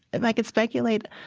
if i could speculate,